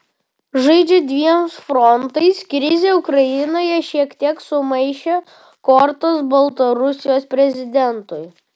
žaidžia dviem frontais krizė ukrainoje šiek tiek sumaišė kortas baltarusijos prezidentui